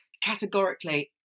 categorically